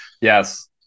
Yes